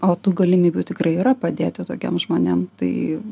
o tų galimybių tikrai yra padėti tokiems žmonėm tai